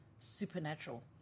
supernatural